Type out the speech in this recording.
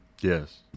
Yes